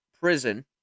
prison